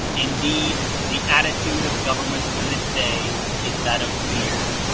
indeed, the attitude of governments to this day is that of fear.